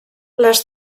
les